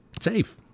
safe